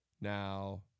Now